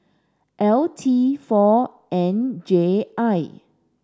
L T four N J I